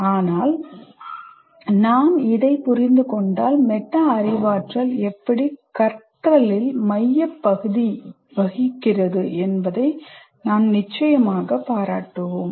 ஆனால் நாம் இதை புரிந்து கொண்டால் மெட்டா அறிவாற்றல் எப்படி கற்றலில் மையப்பகுதி வகிக்கிறது என்பதை நாம் பாராட்டுவோம்